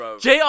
JR